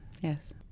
Yes